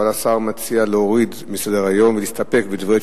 אבל השר מציע להוריד מסדר-היום ולהסתפק בדברי תשובתו,